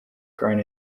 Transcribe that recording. grown